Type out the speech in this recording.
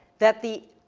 that the